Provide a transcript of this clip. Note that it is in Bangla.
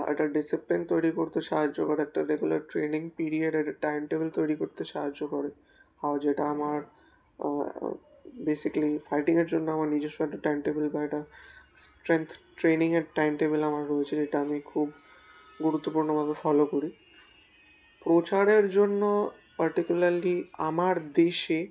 একটা ডিসিপ্লিন তৈরি করতে সাহায্য করে একটা রেগুলার ট্রেনিং পিরিয়ডের টাইম টেবল তৈরি করতে সাহায্য করে আর যেটা আমার বেসিক্যালি ফাইটিংয়ের জন্য আমার নিজস্ব একটা টাইম টেবল বা একটা স্ট্রেংথ ট্রেনিংয়ের টাইম টেবল আমার রয়েছে যেটা আমি খুব গুরুত্বপূর্ণভাবে ফলো করি প্রচারের জন্য পার্টিকুলারলি আমার দেশে